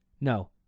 No